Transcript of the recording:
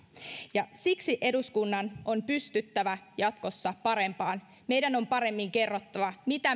ja siksi eduskunnan on pystyttävä jatkossa parempaan meidän on paremmin kerrottava mitä